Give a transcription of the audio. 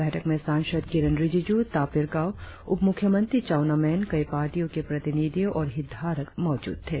बैठक में सांसद किरेन रिजिजू तापिर गांव उपमुख्यमंत्री चाउना मैनकई पार्टियों के प्रतिनिधियों और हितधारक मौजूद थे